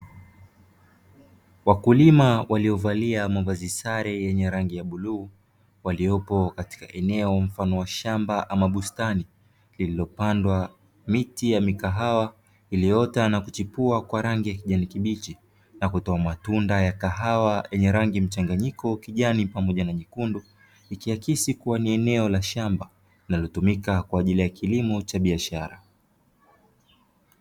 Wakulima waliovalia mavazi sare yenye rangi ya bluu, waliopo katika eneo mfano wa shamba ama bustani iliyopandwa miti ya mikahawa iliyoota na kuchipua kwa rangi ya kijani kibichi, na kutoa matunda ya kahawa yenye rangi mchanganyiko kijani pamoja na nyekundu, ikiakisi kuwa ni eneo la shamba linalotumika kwa ajili ya kilimo cha biashara.